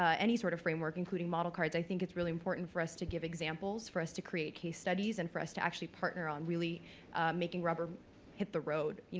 ah any sort of framework, including model cards, i think it's really important for us to give examples, for us to create case studies and for us to actually partner on really making rubber hit the road, you